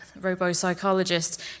robo-psychologist